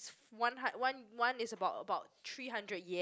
one hun~ one one is about about three hundred yen